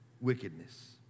wickedness